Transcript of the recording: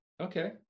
okay